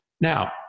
Now